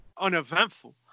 uneventful